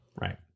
right